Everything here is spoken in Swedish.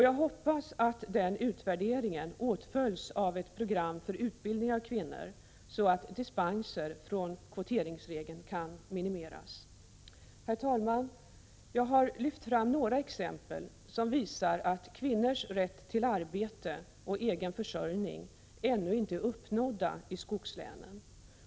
Jag hoppas att denna utvärdering åtföljs av ett program för utbildning av kvinnor, så att antalet dispenser från kvoteringsregeln kan minimeras. Herr talman! Jag har lyft fram några exempel som visar att kvinnors rätt till arbete och egen försörjning ännu inte är uppnådd i skogslänen.